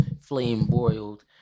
flame-boiled